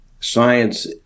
Science